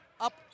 up